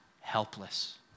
helpless